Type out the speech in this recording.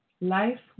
Life